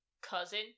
cousin